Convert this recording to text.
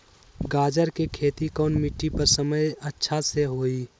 गाजर के खेती कौन मिट्टी पर समय अच्छा से होई?